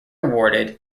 awarded